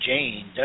Jane